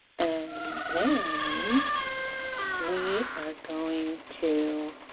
and then we are going to